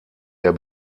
der